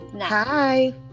Hi